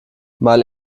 mal